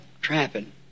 trapping